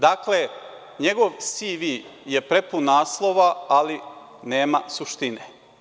Dakle, njegov CV je prepun naslova, ali nema suštine.